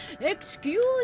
Excuse